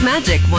Magic